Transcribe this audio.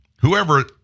whoever